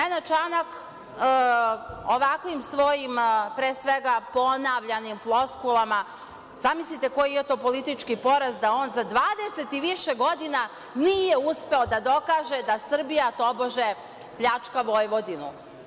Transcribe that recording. Mene Čanak ovakvim svojim, pre svega, ponavljanim floskulama, zamislite koji je to politički poraz da on za 20 i više godina nije uspeo da dokaže da Srbija, tobože, pljačka Vojvodinu.